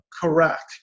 Correct